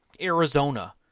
Arizona